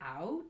out